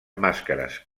màscares